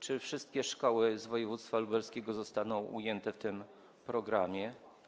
Czy wszystkie szkoły z województwa lubelskiego zostaną ujęte w tym programie?